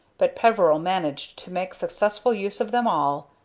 but peveril managed to make successful use of them all,